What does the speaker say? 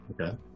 Okay